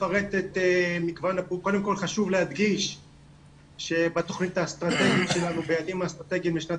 קודם כל חשוב להדגיש שביעדים האסטרטגיים לשנת